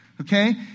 okay